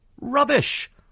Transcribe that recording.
rubbish